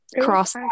cross